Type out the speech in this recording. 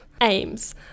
aims